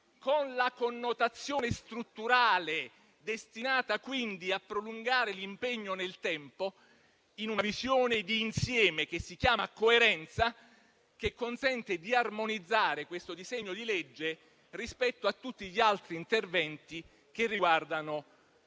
con la connotazione strutturale, destinata quindi a prolungare l'impegno nel tempo, in una visione d'insieme che si chiama coerenza, che consente di armonizzare questo disegno di legge rispetto a tutti gli altri interventi che riguardano